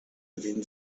within